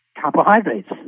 carbohydrates